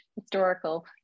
historical